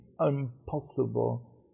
impossible